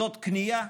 זאת כניעה,